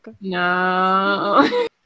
No